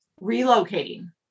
Relocating